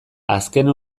azken